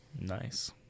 Nice